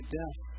death